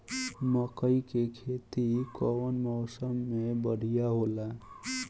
मकई के खेती कउन मौसम में बढ़िया होला?